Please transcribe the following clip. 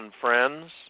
friends